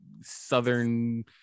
southern